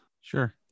Sure